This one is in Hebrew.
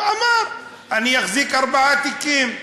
אני אחזיק ארבעה תיקים.